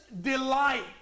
delight